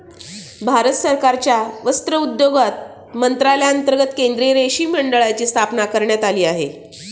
भारत सरकारच्या वस्त्रोद्योग मंत्रालयांतर्गत केंद्रीय रेशीम मंडळाची स्थापना करण्यात आली आहे